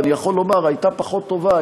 אני יכול לומר שהייתה פחות טובה,